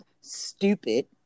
stupid